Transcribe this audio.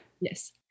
Yes